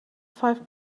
five